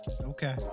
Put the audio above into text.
Okay